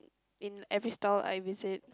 in every style I visit